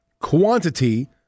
Quantity